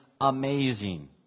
amazing